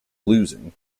losing